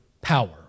power